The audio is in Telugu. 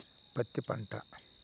పత్తి పంట